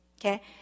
okay